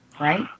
right